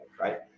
right